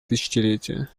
тысячелетия